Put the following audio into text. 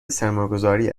سرمایهگذاری